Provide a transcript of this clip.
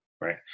right